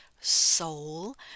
soul